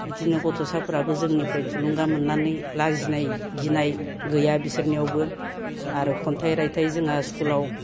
इदिनो गथ'साफोराबो जोंनिफ्राय थुलुंगा मोननानै लाजिनाय गिनाय गैया बिसोरनियावबो आरो खन्थाइ रायथाइ जोंहा स्कुलाव